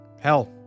Hell